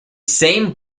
same